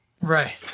Right